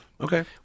Okay